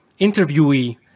interviewee